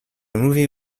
movie